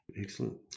Excellent